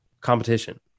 Competition